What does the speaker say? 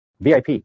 VIP